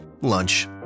Lunch